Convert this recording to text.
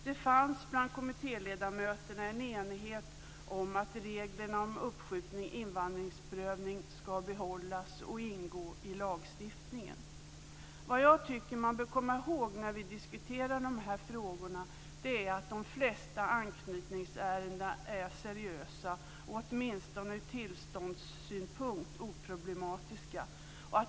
Det fanns bland kommittéledamöterna en enighet om att reglerna om uppskjuten invandringsprövning ska behållas och ingå i lagstiftningen. Vad jag tycker att man bör komma ihåg när vi diskuterar de här frågorna är att de flesta anknytningsärendena är seriösa och åtminstone ur tillståndssynpunkt oproblematiska.